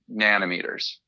nanometers